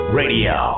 radio